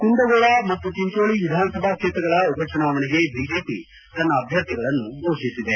ಕುಂದಗೋಳ ಮತ್ತು ಚಿಂಚೋಳಿ ವಿಧಾಸಭೆ ಕ್ಷೇತ್ರಗಳ ಉಪಚುನಾವಣೆಗೆ ಬಿಜೆಪಿ ತನ್ನ ಅಭ್ಯರ್ಥಿಗಳನ್ನು ಘೋಷಿಸಿದೆ